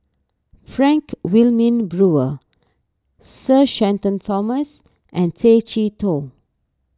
Frank Wilmin Brewer Sir Shenton Thomas and Tay Chee Toh